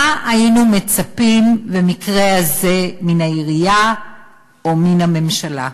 מה היינו מצפים במקרה הזה מן העירייה או מן הממשלה?